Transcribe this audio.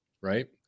right